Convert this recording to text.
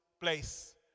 place